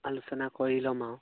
আলোচনা কৰি ল'ম আৰু